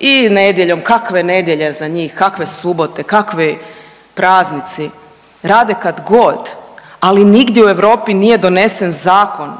i nedjeljom. Kakve nedjelje za njih, kakve subote, kakvi praznici, rade kad god. Ali nigdje u Europi nije donesen zakon